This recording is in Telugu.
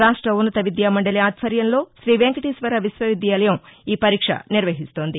రాష్ట్ర ఉన్నత విద్యామందలి ఆధ్వర్యంలో శ్రీ వెంటేశ్వర విశ్వవిద్యాలయం ఈ పరీక్ష నిర్వహిస్తోంది